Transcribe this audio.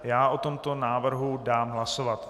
Já o tomto návrhu dám hlasovat.